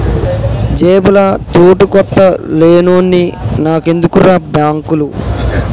జేబుల తూటుకొత్త లేనోన్ని నాకెందుకుర్రా బాంకులు